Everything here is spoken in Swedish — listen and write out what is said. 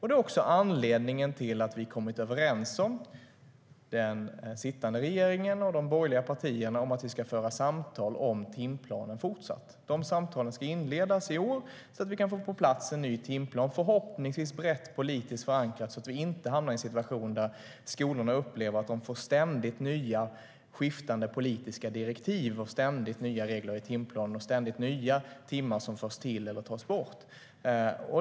Det är också anledningen till att den sittande regeringen och de borgerliga partierna har kommit överens om att vi ska fortsätta att föra samtal om timplanen.De samtalen ska inledas i år, så att vi kan få på plats en ny timplan, förhoppningsvis brett politiskt förankrad, så att vi inte hamnar i en situation där skolorna upplever att de ständigt får nya, skiftande, politiska direktiv, ständigt får nya regler i timplanen och ständigt får nya timmar som förs till eller tas bort.